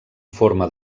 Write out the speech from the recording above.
forma